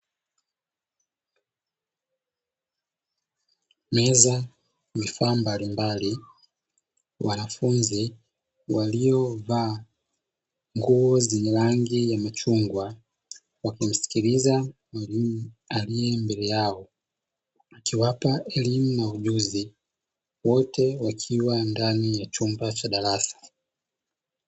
Meza, vifaa mbalimbali, wanafunzi waliovaa nguo zenye rangi ya machungwa wakimsikiliza mwalimu aliye mbele yao akiwapa elimu na ujuzi; wote wakiwa ndani ya chumba cha darasa.